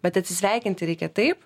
bet atsisveikinti reikia taip